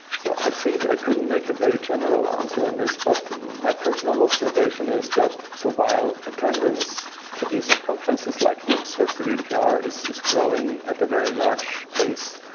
so i think i couldn't make a very general answer on this. but my personal observation is that so while attendance to these conferences like nips or cvpr is is growing at a very large pace,